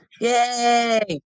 Yay